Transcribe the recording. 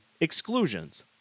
Exclusions